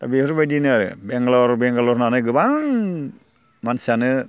दा बेफोरबायदिनो आरो बेंगालर बेंगालर होननानै गोबां मानसियानो